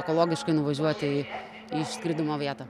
ekologiškai nuvažiuoti į išskridimo vietą